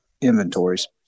inventories